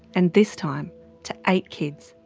and this time to eight kids,